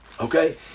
okay